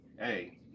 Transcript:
hey